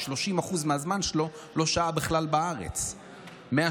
30% מהזמן שלו הוא לא שהה בארץ בכלל,